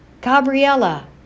Gabriella